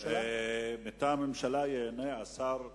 מטעם הממשלה יענה שר המשפטים,